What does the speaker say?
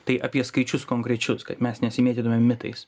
tai apie skaičius konkrečius kad mes nesimėtytumėm mitais